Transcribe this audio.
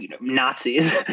Nazis